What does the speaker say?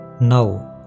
Now